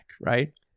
right